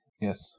yes